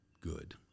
good